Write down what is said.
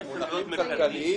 במונחים כלכליים,